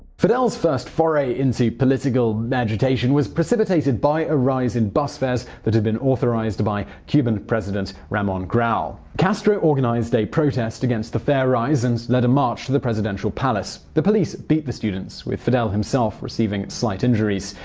fidel's first foray into political agitation was precipitated by a rise in bus fares that had been authorized by cuban president ramon grau. castro organized a protest against the fare rise and led a march to the presidential palace. the police beat the students, with fidel himself receiving slight injuries.